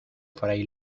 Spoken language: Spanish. fray